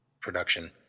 production